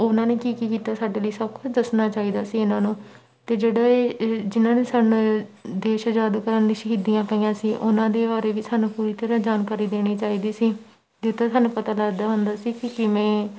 ਉਹਨਾਂ ਨੇ ਕੀ ਕੀ ਕੀਤਾ ਸਾਡੇ ਲਈ ਸਭ ਕੁਝ ਦੱਸਣਾ ਚਾਹੀਦਾ ਸੀ ਇਹਨਾਂ ਨੂੰ ਅਤੇ ਜਿਹੜਾ ਇਹ ਜਿਹਨਾਂ ਨੇ ਸਾਨੂੰ ਦੇਸ਼ ਆਜ਼ਾਦ ਕਰਨ ਲਈ ਸ਼ਹੀਦੀਆਂ ਪਾਈਆਂ ਸੀ ਉਹਨਾਂ ਦੇ ਬਾਰੇ ਵੀ ਸਾਨੂੰ ਪੂਰੀ ਤਰ੍ਹਾਂ ਜਾਣਕਾਰੀ ਦੇਣੀ ਚਾਹੀਦੀ ਸੀ ਜਿੱਦਾਂ ਤੁਹਾਨੂੰ ਪਤਾ ਲੱਗਦਾ ਹੁੰਦਾ ਸੀ ਕਿ ਕਿਵੇਂ